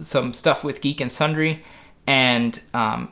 some stuff with geek and sundry and